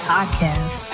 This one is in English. Podcast